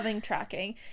tracking